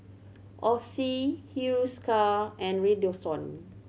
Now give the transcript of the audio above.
Oxy Hiruscar and Redoxon